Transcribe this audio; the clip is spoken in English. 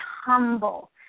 humble